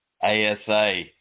ASA